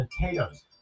potatoes